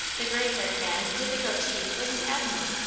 the gray-haired man with the goatee was an admiral.